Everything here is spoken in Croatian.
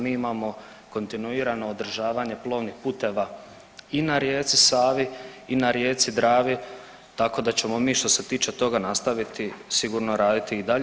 Mi imamo kontinuirano održavanje plovnih puteva i na rijeci Savi i na rijeci Dravi, tako da ćemo mi što se tiče toga nastaviti sigurno raditi i dalje.